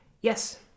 Yes